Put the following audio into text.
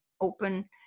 open